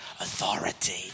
authority